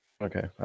Okay